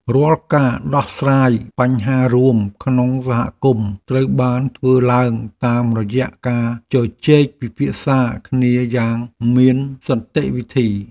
រាល់ការដោះស្រាយបញ្ហារួមក្នុងសហគមន៍ត្រូវបានធ្វើឡើងតាមរយៈការជជែកពិភាក្សាគ្នាយ៉ាងមានសន្តិវិធី។